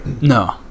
No